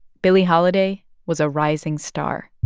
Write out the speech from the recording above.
billie holiday was a rising star